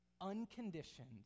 unconditioned